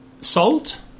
Salt